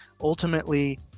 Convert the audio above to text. ultimately